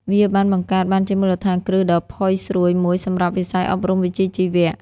វាបានបង្កើតបានជាមូលដ្ឋានគ្រឹះដ៏ផុយស្រួយមួយសម្រាប់វិស័យអប់រំវិជ្ជាជីវៈ។